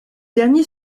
dernier